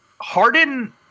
Harden